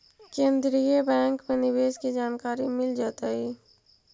केन्द्रीय बैंक में निवेश की जानकारी मिल जतई